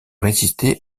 résisté